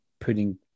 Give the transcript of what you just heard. putting